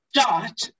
start